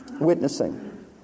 witnessing